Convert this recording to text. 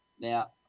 Now